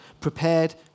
Prepared